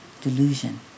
delusion